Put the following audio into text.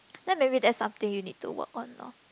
then maybe that's something you need to work on lor